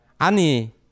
ani